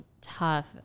tough